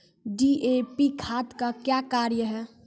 DAP खाद का क्या कार्य हैं?